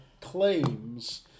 claims